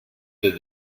del